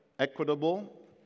equitable